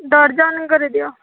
dozen କରିଦିଅ